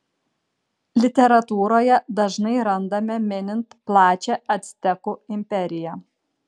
literatūroje dažnai randame minint plačią actekų imperiją